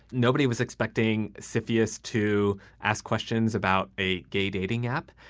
nobody was expecting syphillis to ask questions about a gay dating app.